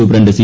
superintendent C